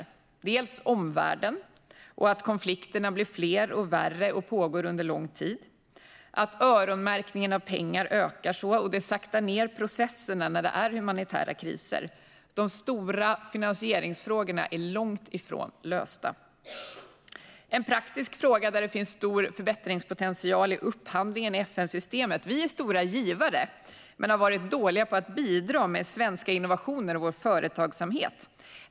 Det handlar bland annat om omvärlden och om att konflikterna blir fler och värre och pågår under lång tid och om att öronmärkningen av pengar ökar - det saktar ned processerna när det är humanitära kriser. De stora finansieringsfrågorna är långt ifrån lösta. En praktisk fråga där det finns stor förbättringspotential är upphandlingen i FN-systemet. Vi är stora givare men har varit dåliga på att bidra med svenska innovationer och vår företagsamhet.